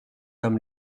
comme